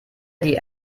die